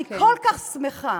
אני כל כך שמחה